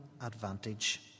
advantage